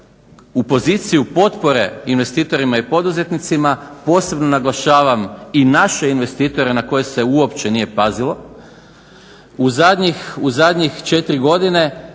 u poziciju potpore investitorima i poduzetnicima, posebno naglašavam i naše investitore na koje se uopće nije pazilo u zadnjih 4 godine